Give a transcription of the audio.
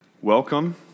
Welcome